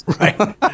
Right